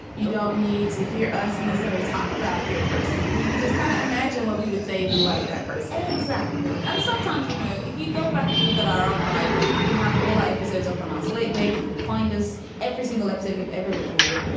you don't need to hear us necessarily talk about your person. you can just kind of imagine what we would say if we like that person exactly. um sometimes, you know, if you go back and look at our archive and we have all our episodes up on our slate page, you can find us every single episode we've ever recorded.